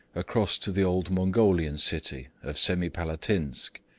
across to the old mongolian city of semipalatinsk,